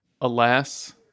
Alas